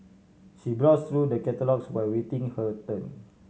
she browse through the catalogues while waiting her turn